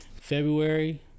February